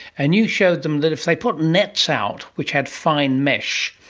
and you showed them that if they put nets out which had fine mesh,